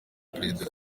perezida